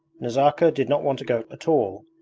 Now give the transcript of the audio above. nazarka did not want to go at all,